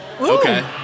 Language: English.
Okay